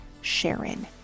Sharon